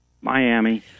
Miami